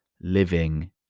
living